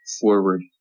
forward